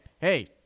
Hey